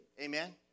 Amen